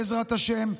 בעזרת השם,